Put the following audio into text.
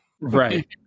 Right